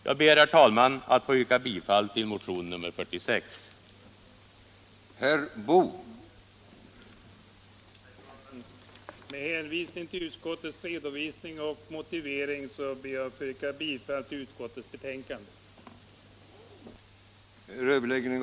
Jag ber, herr talman, att få yrka bifall till motionen 1976/77:46.